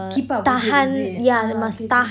keep up with it is it அந்த மாதிரி:antha maathiri